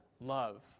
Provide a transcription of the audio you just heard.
love